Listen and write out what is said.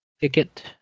Ticket